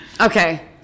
okay